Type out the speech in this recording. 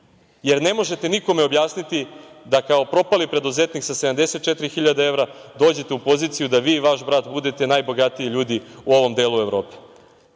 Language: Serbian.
jer ne možete nikome objasniti da kao propali preduzetnik sa 74 hiljade evra dođete u poziciju da vi i vaš brat budete najbogatiji ljudi u ovom delu Evrope. Imate